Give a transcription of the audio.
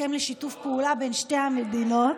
הסכם לשיתוף פעולה בין שתי המדינות,